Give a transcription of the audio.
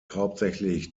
hauptsächlich